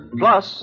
plus